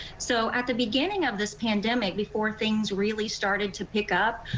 so at the beginning of this pandemic, before things really started to pick up,